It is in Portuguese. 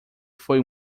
foi